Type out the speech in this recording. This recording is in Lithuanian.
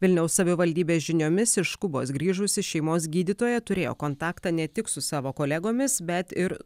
vilniaus savivaldybės žiniomis iš kubos grįžusi šeimos gydytoja turėjo kontaktą ne tik su savo kolegomis bet ir